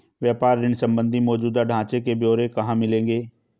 व्यापार ऋण संबंधी मौजूदा ढांचे के ब्यौरे कहाँ मिलेंगे?